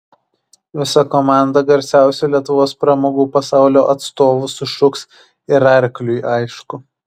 visa komanda garsiausių lietuvos pramogų pasaulio atstovų sušuks ir arkliui aišku